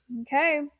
Okay